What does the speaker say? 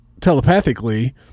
telepathically